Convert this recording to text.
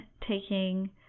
taking